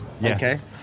Yes